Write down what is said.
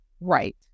Right